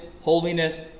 holiness